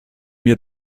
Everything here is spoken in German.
mir